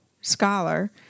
scholar